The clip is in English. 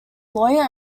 lawyer